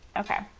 okay.